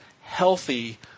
healthy